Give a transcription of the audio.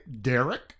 Derek